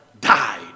Died